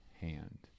hand